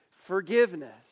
forgiveness